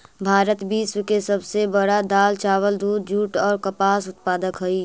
भारत विश्व के सब से बड़ा दाल, चावल, दूध, जुट और कपास उत्पादक हई